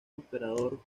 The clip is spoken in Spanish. emperador